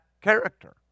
character